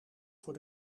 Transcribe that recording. voor